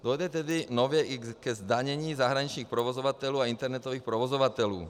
Dojde tedy nově i ke zdanění zahraničních provozovatelů a internetových provozovatelů.